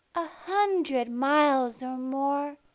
a hundred miles or more,